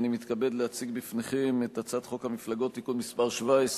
אני מתכבד להציג בפניכם את הצעת חוק המפלגות (תיקון מס' 17)